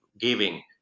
giving